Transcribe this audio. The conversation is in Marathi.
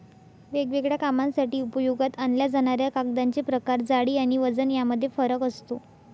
वेगवेगळ्या कामांसाठी उपयोगात आणल्या जाणाऱ्या कागदांचे प्रकार, जाडी आणि वजन यामध्ये फरक असतो